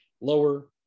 lower